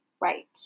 Right